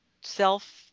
self-